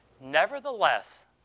Nevertheless